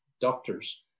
doctors